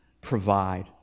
provide